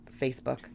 Facebook